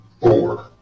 four